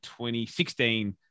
2016